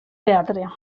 teatre